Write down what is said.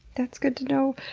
that's good to know!